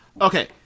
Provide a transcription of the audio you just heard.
Okay